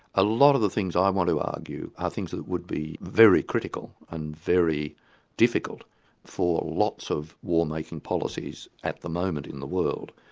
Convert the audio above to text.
a lot of the things i want to argue are things that would be very critical and very difficult for lots of warmaking policies at the moment in the world,